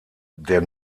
der